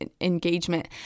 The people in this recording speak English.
engagement